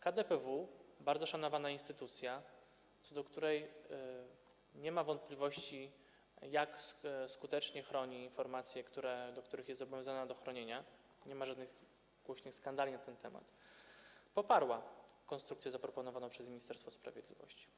KDPW, bardzo szanowana instytucja, co do której nie ma wątpliwości, jak skutecznie chroni informacje, w przypadku których jest zobowiązana do chronienia, nie ma żadnych głośnych skandali na ten temat, poparła konstrukcję zaproponowaną przez Ministerstwo Sprawiedliwości.